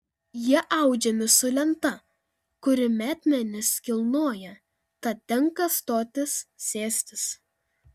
jie audžiami su lenta kuri metmenis kilnoja tad tenka stotis sėstis